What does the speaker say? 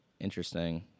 interesting